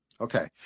Okay